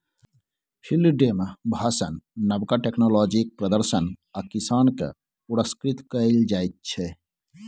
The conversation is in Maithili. फिल्ड डे मे भाषण, नबका टेक्नोलॉजीक प्रदर्शन आ किसान केँ पुरस्कृत कएल जाइत छै